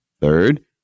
Third